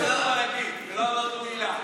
ויש לנו מה להגיד, ולא אמרנו מילה.